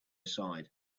aside